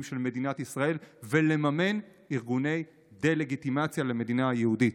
של מדינת ישראל ולממן ארגוני דה-לגיטימציה למדינה היהודית.